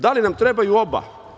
Da li nam trebaju oba?